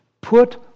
Put